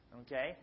Okay